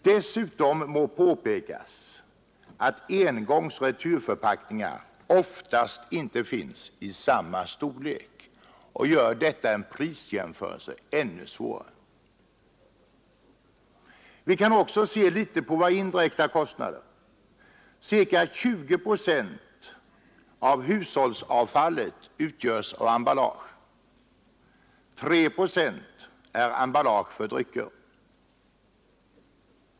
Dessutom må påpekas att engångsoch returförpackningar oftast inte finns i samma storlekar, vilket gör en prisjämförelse ännu svårare, Vi kan också se litet på våra indirekta kostnader. Ca 20 procent av hushållsavfallet utgörs av emballage, 3 procent är emballage för drycker.